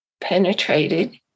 penetrated